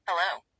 Hello